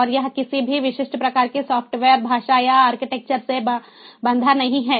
और यह किसी भी विशिष्ट प्रकार की सॉफ़्टवेयर भाषा या आर्किटेक्चर से बंधा नहीं है